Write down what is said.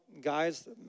guys